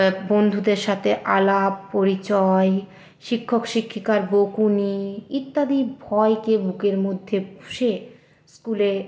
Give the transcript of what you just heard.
বন্ধুদের সাথে আলাপ পরিচয় শিক্ষক শিক্ষিকার বকুনি ইত্যাদি ভয়কে বুকের মধ্যে পুষে স্কুলে